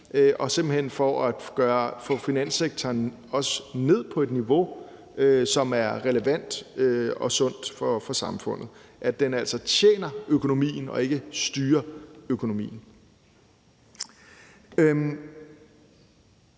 og simpelt hen for også at få finanssektoren ned på et niveau, som er relevant og sundt for samfundet, så den altså tjener økonomien og ikke styrer økonomien.